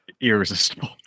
irresistible